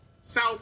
south